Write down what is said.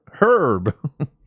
Herb